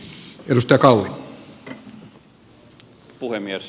arvoisa puhemies